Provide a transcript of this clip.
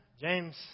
James